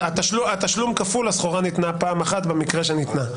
התשלום כפול, הסחורה ניתנה פעם אחת במקרה שניתנה.